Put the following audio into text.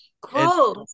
Gross